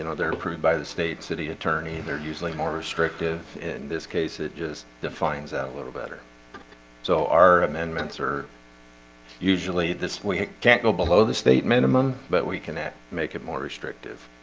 and they're approved by the state city attorney. they're usually more restrictive in this case it just defines that a little better so our amendments are usually this we can't go below the state minimum, but we can make it more restrictive